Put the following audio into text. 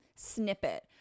snippet